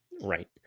Right